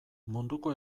munduko